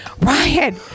Ryan